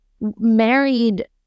married